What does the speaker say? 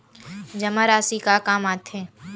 जमा राशि का काम आथे?